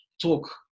talk